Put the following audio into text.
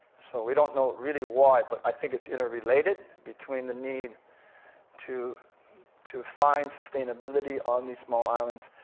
so we don't know really why, but i think it's interrelated between the need to to find sustainability on these small islands.